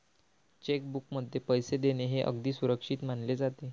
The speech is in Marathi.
चेक बुकमधून पैसे देणे हे अगदी सुरक्षित मानले जाते